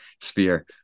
sphere